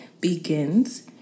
begins